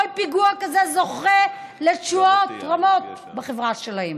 כל פיגוע כזה זוכה לתשואות רמות בחברה שלהם.